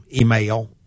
email